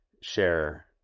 share